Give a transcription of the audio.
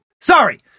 sorry